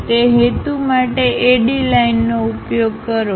તે હેતુ માટે AD લાઇનનો ઉપયોગ કરો